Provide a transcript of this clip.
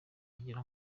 kugira